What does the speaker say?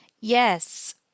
Yes